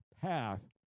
path